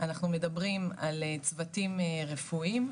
אנחנו מדברים על צוותים רפואיים,